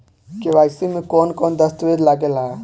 KYC में कवन कवन दस्तावेज लागे ला?